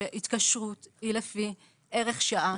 שהתקשרות היא לפי ערך שעה,